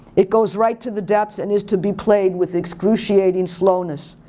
it goes right to the depths and is to be played with excruciating slowness.